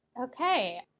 okay